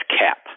cap